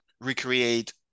recreate